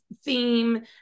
theme